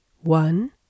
One